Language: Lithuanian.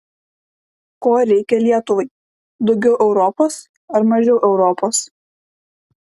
ko reikia lietuvai daugiau europos ar mažiau europos